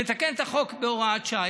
נתקן את החוק בהוראת שעה.